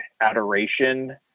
adoration